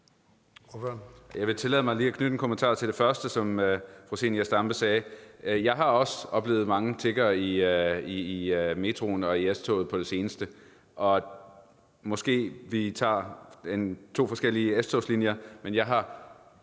Jeg vil tillade mig lige at knytte en kommentar til det første, fru Zenia Stampe sagde. Jeg har også oplevet mange tiggere i metroen og i S-toget på det seneste, og måske tager vi to forskellige S-togslinjer, for jeg har